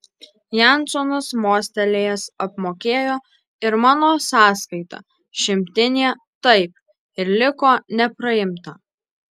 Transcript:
jansonas mostelėjęs apmokėjo ir mano sąskaitą šimtinė taip ir liko nepraimta